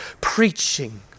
preaching